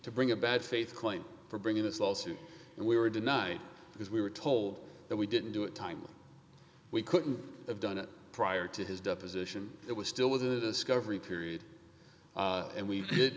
to bring a bad faith claim for bringing this lawsuit and we were denied because we were told that we didn't do it time we couldn't have done it prior to his deposition it was still within the discovery period and we